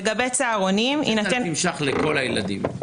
לגבי צהרונים -- 6,000 שקל לגבי כל הילדים.